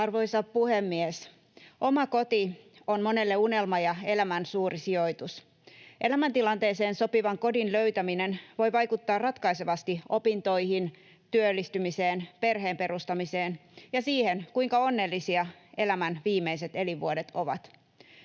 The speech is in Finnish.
Arvoisa puhemies! Oma koti on monelle unelma ja elämän suuri sijoitus. Elämäntilanteeseen sopivan kodin löytäminen voi vaikuttaa ratkaisevasti opintoihin, työllistymiseen, perheen perustamiseen ja siihen, kuinka onnellisia elämän viimeiset elinvuodet ovat.